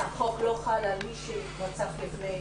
החוק לא חל על מי שרצח לפני שנה?